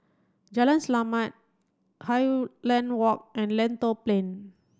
Jalan Selamat Highland Walk and Lentor Plain